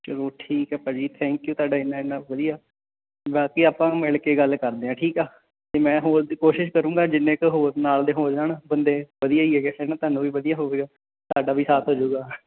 ਚਲੋ ਠੀਕ ਹੈ ਭਾਅ ਜੀ ਥੈਂਕ ਯੂ ਤੁਹਾਡਾ ਇੰਨਾ ਇੰਨਾ ਵਧੀਆ ਬਾਕੀ ਆਪਾਂ ਮਿਲ ਕੇ ਗੱਲ ਕਰਦੇ ਹਾਂ ਠੀਕ ਆ ਅਤੇ ਮੈਂ ਹੋਰ ਕੋਸ਼ਿਸ਼ ਕਰੂੰਗਾ ਜਿੰਨੇ ਕੁ ਹੋਰ ਨਾਲ ਦੇ ਹੋ ਜਾਣ ਬੰਦੇ ਵਧੀਆ ਹੀ ਹੈ ਜੇ ਹੈ ਨਾ ਤੁਹਾਨੂੰ ਵੀ ਵਧੀਆ ਹੋਵੇਗਾ ਸਾਡਾ ਵੀ ਸਾਥ ਹੋ ਜਾਊਗਾ